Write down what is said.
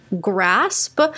grasp